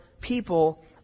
people